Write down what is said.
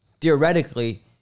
theoretically